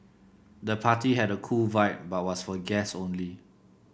the party had a cool vibe but was for guests only